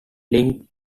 linked